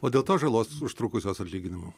o dėl tos žalos užtrukusios atlyginimo